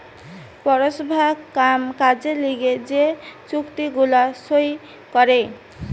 পৌরসভার কাম কাজের লিগে যে চুক্তি গুলা সই করে